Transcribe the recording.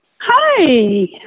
Hi